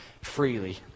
freely